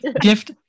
gift